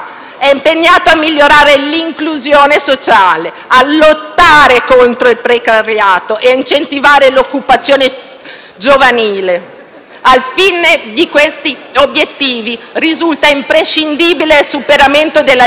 l'inclusione sociale, a lottare contro il precariato e a incentivare l'occupazione giovanile. Al fine di raggiungere questi obiettivi, risulta imprescindibile il superamento della legge Fornero, che ha creato numerosi squilibri generazionali.